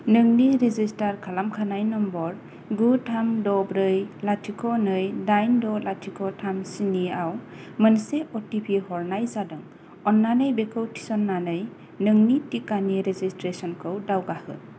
नोंनि रेजिस्टार खालामखानाय नाम्बार गु थाम द' ब्रै लाथिख' नै दाइन द' लाथिख' थाम स्निआव मोनसे अ टि पि हरनाय जादों अननानै बेखौ थिसन्नानै नोंनि टिकानि रेजिसट्रेसनखौ दावगाहो